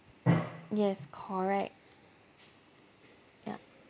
yes correct yup